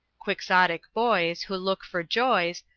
quixotic boys who look for joys,